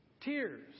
tears